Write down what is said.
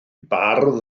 bardd